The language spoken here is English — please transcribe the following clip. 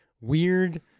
weird